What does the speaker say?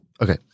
okay